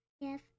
Yes